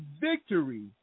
victory